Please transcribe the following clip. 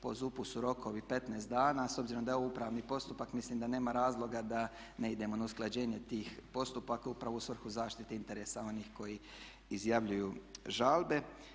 Po ZUP-u su rokovi 15 dana, a s obzirom da je ovo upravni postupak mislim da nema razloga da ne idemo na usklađenje tih postupaka upravo u svrhu zaštite interesa onih koji izjavljuju žalbe.